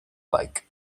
like